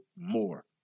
more